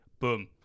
Boom